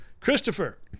Christopher